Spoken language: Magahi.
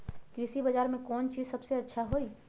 कृषि बजार में कौन चीज सबसे अच्छा होई?